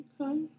Okay